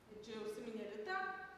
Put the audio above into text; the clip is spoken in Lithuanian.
ir čia jau užsiminė rita